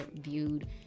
viewed